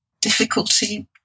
difficulty